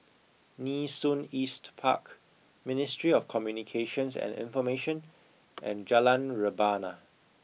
Nee Soon East Park Ministry of Communications and Information and Jalan Rebana